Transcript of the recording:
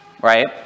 Right